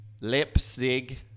Leipzig